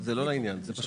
ברור שנברך על זה.